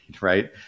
right